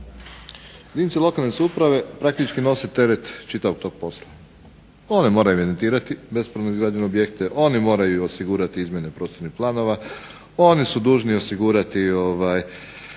Jedinice lokalne samouprave praktički nosi teret čitavog tog posla. One moraju evidentirati bespravno izgrađene objekte, oni moraju osigurati izmjene prostornih planova, oni su dužni osigurati